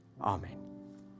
Amen